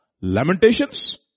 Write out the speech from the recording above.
Lamentations